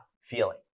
feeling